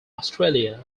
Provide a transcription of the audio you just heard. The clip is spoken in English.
australia